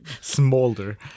smolder